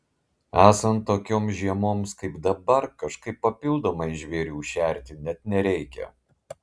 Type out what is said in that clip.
esant tokioms žiemoms kaip dabar kažkaip papildomai žvėrių šerti net nereikia